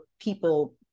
people